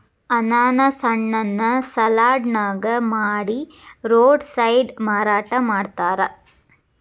ಅನಾನಸ್ ಹಣ್ಣನ್ನ ಸಲಾಡ್ ನಂಗ ಮಾಡಿ ರೋಡ್ ಸೈಡ್ ಮಾರಾಟ ಮಾಡ್ತಾರ